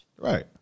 Right